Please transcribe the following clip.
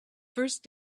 first